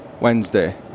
Wednesday